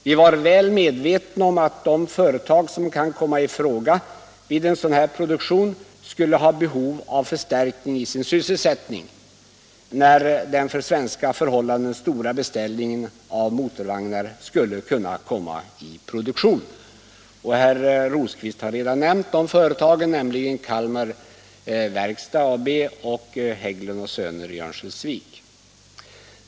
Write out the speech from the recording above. Vi var väl medvetna om att de företag som kan komma i fråga vid en sådan här produktion skulle ha behov av förstärkning i sin sysselsättning, när den för svenska förhållanden stora beställningen av motorvagnar skulle kunna komma i produktion. Herr Rosqvist har redan nämnt dessa företag, nämligen Kalmar Verkstad AB samt AB Hägglund & Söner i Örnsköldsvik.